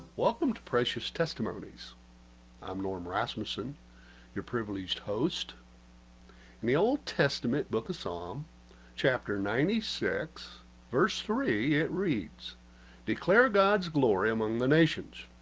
welcome to precious testimonies i'm norm rasmussen you're privileged hosts in the old testament book of psalm chapter ninety six verse three it reads declare god's glory, among the nation's